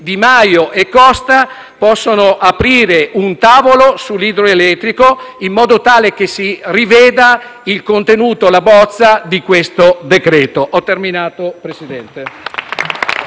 Di Maio e Costa possano aprire un tavolo sull'idroelettrico, in modo tale che si riveda il contenuto della bozza di questo decreto.